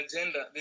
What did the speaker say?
agenda